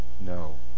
No